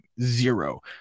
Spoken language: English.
Zero